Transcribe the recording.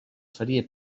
faria